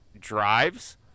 drives